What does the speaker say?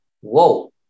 whoa